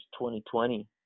2020